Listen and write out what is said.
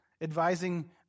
advising